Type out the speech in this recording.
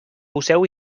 poseu